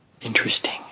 Interesting